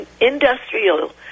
industrial